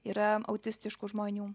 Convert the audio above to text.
yra autistiškų žmonių